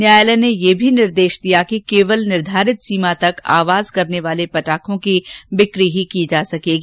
न्यायालय ने यह भी निर्देश दिया कि केवल निर्धारित सीमा तक आवाज करने वाले पटाखों की बिक्री की जा सकेगी